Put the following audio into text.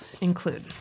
include